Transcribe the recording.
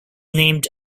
named